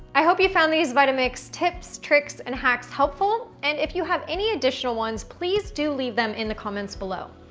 i hope you found these vitamix tips, tricks, and hacks helpful. and, if you have any additional ones please do leave them in the comments below.